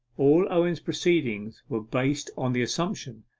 all owen's proceedings were based on the assumption,